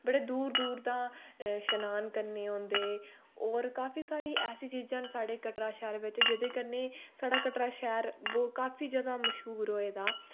बड़े दूर दूर दा शनान करने औंदे और काफी सारी ऐसी चीजां न साढ़े कटरा शैह्र बिच जेह्दे कन्नै साढ़ा कटरा शैह्र बी काफी ज्यादा मश्हूर होए दा